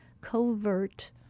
covert